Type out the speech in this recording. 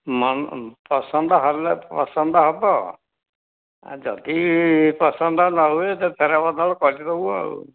ମନ ପସନ୍ଦ ହେଲେ ପସନ୍ଦ ହେବ ଯଦି ପସନ୍ଦ ନ ହୁଏ ଫେର ବଦଳ କରିଦେବୁ ଆଉ